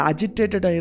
Agitated